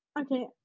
Okay